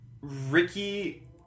Ricky